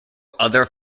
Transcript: other